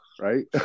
Right